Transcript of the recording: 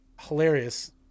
hilarious